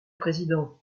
président